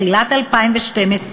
תחילת 2015,